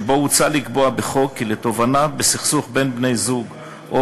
שבו הוצע לקבוע בחוק כי לתובענה בסכסוך בין בני-זוג או